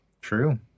true